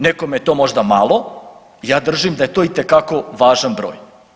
Nekome je to možda malo, ja držim da je to itekako važan broj.